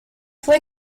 fue